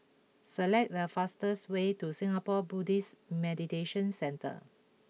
select the fastest way to Singapore Buddhist Meditation Centre